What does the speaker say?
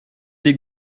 des